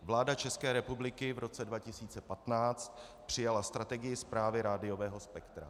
Vláda České republiky v roce 2015 přijala strategii správy rádiového spektra.